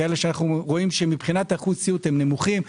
כאלה שמבחינת אחוז ציות הם נמוכים,